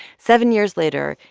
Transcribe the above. seven years later,